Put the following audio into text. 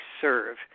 serve